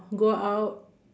go out